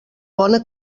bona